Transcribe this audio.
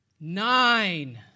Nine